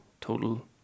total